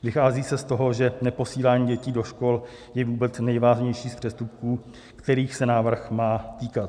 Vychází se z toho, že neposílání dětí do škol je vůbec nejvážnější z přestupků, kterých se návrh má týkat.